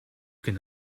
can